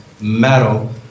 metal